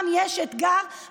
שם